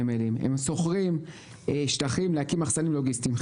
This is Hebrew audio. הם שוכרים שטחים להקים מחסנים לוגיסטיים.